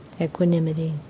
equanimity